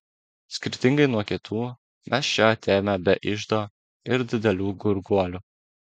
skirtingai nuo kitų mes čia atėjome be iždo ir didelių gurguolių